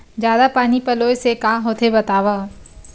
जादा पानी पलोय से का होथे बतावव?